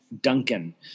Duncan